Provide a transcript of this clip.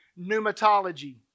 pneumatology